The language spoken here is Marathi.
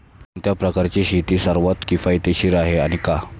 कोणत्या प्रकारची शेती सर्वात किफायतशीर आहे आणि का?